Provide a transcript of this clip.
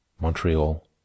Montreal